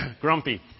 grumpy